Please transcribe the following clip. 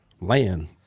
land